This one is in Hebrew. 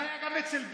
זה היה גם אצל ביבי,